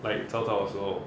like 早早的时候